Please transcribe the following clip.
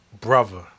Brother